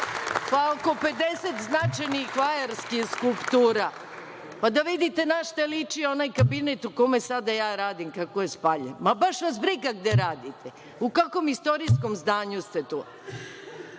Oko 50 značajnih vajarskih skulptura. Pa, da vidite na šta liči onaj kabinet u kome ja sada radim, koji je spaljen. Baš vas briga gde radite, u kakvom istorijskom zdanju. Dostojanstvo